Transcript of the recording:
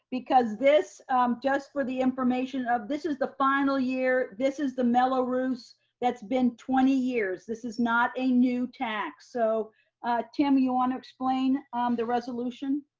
because this just for the information of, this is the final year this is the mello-roos that's been twenty years, this is not a new tax. so tim, you want to explain um the resolution?